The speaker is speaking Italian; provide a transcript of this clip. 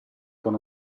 con